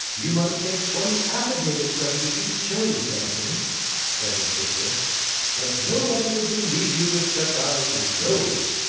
you might take twenty affidavits of it if you chose, anthony said his sister but nobody would believe you with such eyes as those